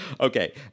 Okay